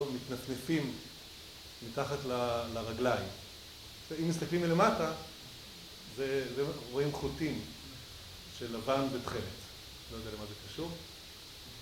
מתנפפים מתחת לרגליים ואם מסתכלים מלמטה רואים חוטים של לבן ותכלת. לא יודע למה זה קשור